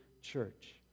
church